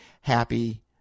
happy